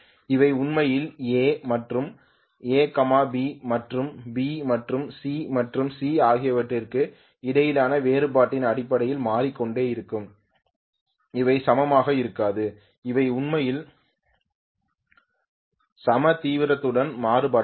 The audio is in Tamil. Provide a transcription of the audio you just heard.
அவை உண்மையில் A மற்றும் A B மற்றும் B மற்றும் C மற்றும் C ஆகியவற்றுக்கு இடையேயான வேறுபாட்டின் அடிப்படையில் மாறிக்கொண்டே இருக்கும் அவை சமமாக இருக்காது அவை உண்மையில் சம தீவிரத்துடன் மாறுபடாது